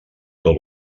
tot